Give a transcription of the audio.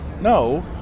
no